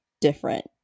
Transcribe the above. different